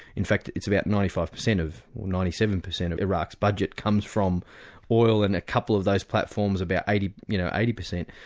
in fact it's about ninety five percent, ninety seven percent of iraq's budget comes from oil, and a couple of those platforms, about eighty you know eighty percent.